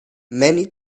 many